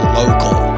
local